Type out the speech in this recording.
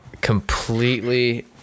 Completely